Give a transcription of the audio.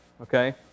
okay